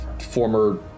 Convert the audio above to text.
former